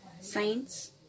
saints